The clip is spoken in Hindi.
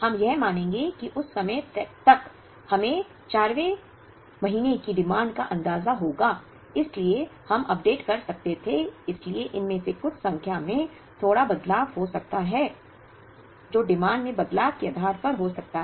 हम यह मानेंगे कि उस समय तक हमें 4 वें महीने की डिमांड का अंदाजा होगा इसलिए हम अपडेट कर सकते थे इसलिए इनमें से कुछ संख्या में थोड़ा बदलाव हो सकता है जो डिमांड में बदलाव के आधार पर हो सकता है